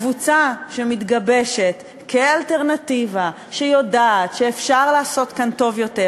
הקבוצה שמתגבשת כאלטרנטיבה שיודעת שאפשר לעשות כאן טוב יותר.